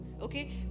Okay